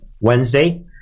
Wednesday